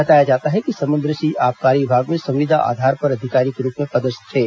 बताया जाता है कि समुद्र सिंह आबकारी विभाग में संविदा आधार पर अधिकारी के रूप में पदस्थ थे